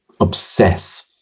obsess